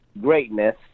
greatness